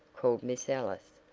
called miss ellis,